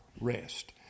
rest